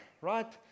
right